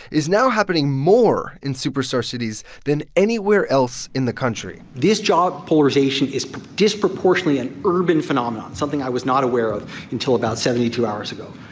is now happening more in superstar cities than anywhere else in the country this job polarization is disproportionately an urban phenomenon, something i was not aware of until about seventy two hours ago.